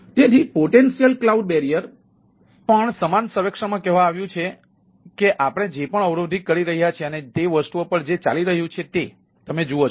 તેથી potential cloud barrier પર પણ સમાન સર્વેક્ષણમાં કહેવામાં આવ્યું છે કે આપણે જે પણ અવરોધિત કરી રહ્યા છીએ અને તે વસ્તુઓ પર જે ચાલી રહ્યું છે તે તમે જુઓ છો